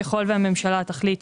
ככל שהממשלה תחליט